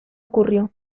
ocurrió